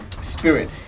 spirit